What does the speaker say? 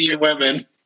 women